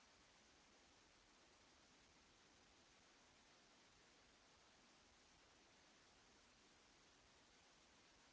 Grazie,